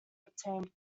obtained